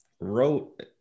Wrote